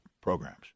programs